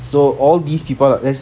so all these people